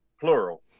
plural